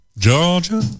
Georgia